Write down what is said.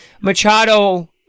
Machado